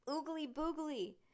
oogly-boogly